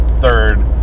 third